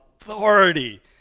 authority